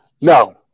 No